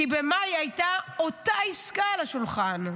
כי במאי הייתה אותה עסקה על השולחן,